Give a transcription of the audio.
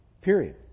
Period